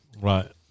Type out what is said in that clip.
Right